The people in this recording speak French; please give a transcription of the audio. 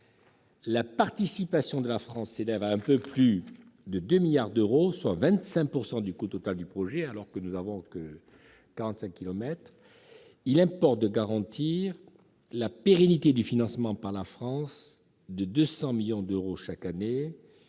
La participation financière de la France s'élève à un peu plus de 2 milliards d'euros, soit 25 % du coût total du projet. Il importe de garantir la pérennité du financement par la France de 200 millions d'euros chaque année,